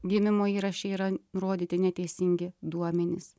gimimo įraše yra nurodyti neteisingi duomenys